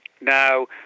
now